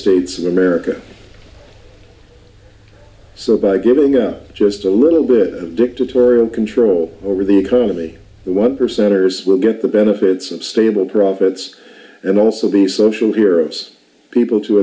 states of america so by giving out just a little bit of dictatorial control over the economy the one percenters will get the benefits of stable profits and also be social heroes people to